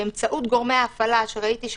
באמצעות גורמי ההפעלה שכפי שראיתי,